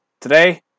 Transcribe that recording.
Today